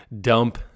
dump